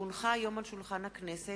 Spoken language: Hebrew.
כי הונחו היום על שולחן הכנסת,